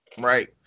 right